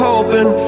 hoping